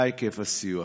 4. מה היקף הסיוע?